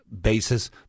basis